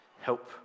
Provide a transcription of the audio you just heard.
Help